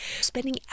Spending